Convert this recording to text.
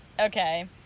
Okay